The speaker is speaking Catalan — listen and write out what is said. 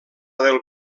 del